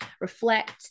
reflect